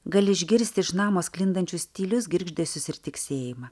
gali išgirsti iš namo sklindančius tylius girgždesius ir tiksėjimą